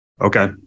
Okay